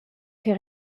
che